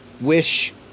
wish